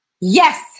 yes